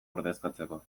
ordezkatzeko